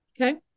Okay